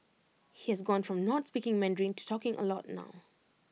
he has gone from not speaking Mandarin to talking A lot now